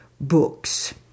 Books